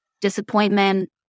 disappointment